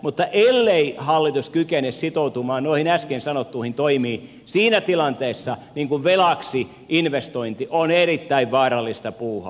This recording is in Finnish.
mutta ellei hallitus kykene sitoutumaan noihin äsken sanottuihin toimiin siinä tilanteessa velaksi investointi on erittäin vaarallista puuhaa